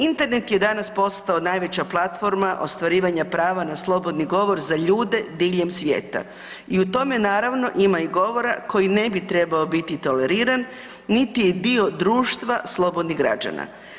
Internet je danas postao najveća platforma ostvarivanja prava na slobodni govor za ljude diljem svijeta i u tome naravno, ima govora koji ne bi ne trebao biti toleriran niti je dio društva slobodnih građana.